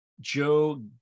Joe